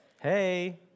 Hey